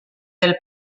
del